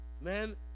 Man